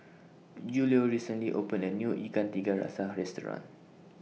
Julio recently opened A New Ikan Tiga Rasa Restaurant